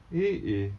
eh eh